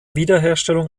wiederherstellung